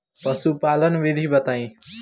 पशुपालन विधि बताई?